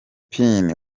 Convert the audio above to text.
penn